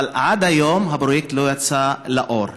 אבל עד היום הפרויקט לא יצא לאור.